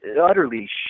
utterly